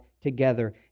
together